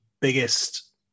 biggest